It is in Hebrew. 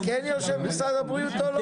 אז כן יושב במשרד הבריאות או לא?